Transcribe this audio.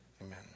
Amen